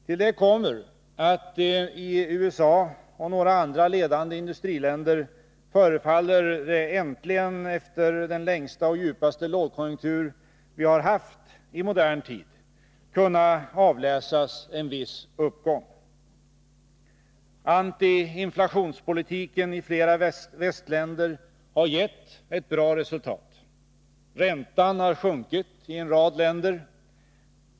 Till det kommer att det i USA och några andra ledande industriländer äntligen förefaller, efter den längsta och djupaste lågkonjunktur vi har haft i modern tid, kunna avläsas en viss uppgång. Antiinflationspolitiken i flera västländer har gett ett bra resultat. Räntan har sjunkit i en rad länder.